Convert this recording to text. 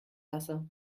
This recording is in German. wasser